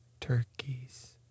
turkeys